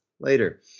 later